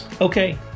Okay